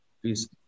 please